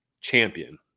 champion